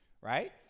right